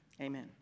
Amen